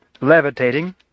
levitating